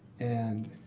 and